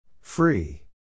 Free